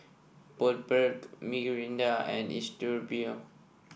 Bundaberg Mirinda and Istudio